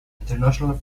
international